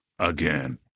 again